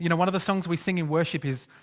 you know one of the songs we sing in worship is.